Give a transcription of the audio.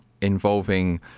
involving